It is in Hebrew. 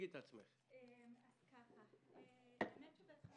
בהתחלה